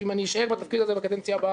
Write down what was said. אם אני אשאר בתפקיד הזה בקדנציה הבאה